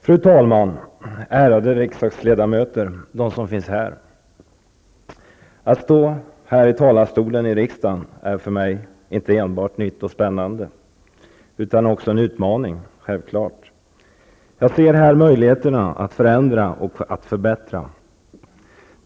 Fru talman! Ärade riksdagsledamöter -- de som finns här! Att stå här i talarstolen i riksdagen är för mig inte enbart nytt och spännande utan också helt klart en utmaning. Jag ser här möjligheter att förändra och att förbättra.